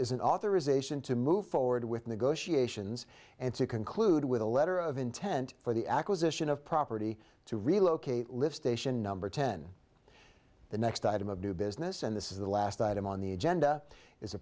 an authorization to move forward with negotiations and to conclude with a letter of intent for the acquisition of property to relocate live station number ten the next item of new business and this is the last item on the agenda is a